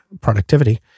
productivity